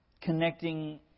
connecting